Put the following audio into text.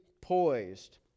poised